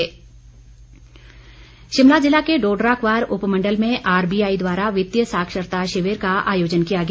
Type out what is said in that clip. शिविर शिमला जिला के डोडरा क्वार उपमंडल में आरबीआई द्वारा वित्तीय साक्षरता शिविर का आयोजन किया गया